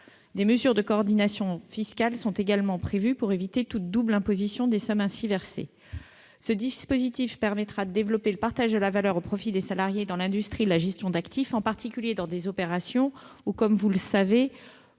Des mesures de coordination fiscale sont également prévues pour éviter toute double imposition des sommes ainsi versées. Ce dispositif permettra de développer le partage de la valeur au profit des salariés dans l'industrie de la gestion d'actifs, en particulier dans des opérations où, comme vous le savez,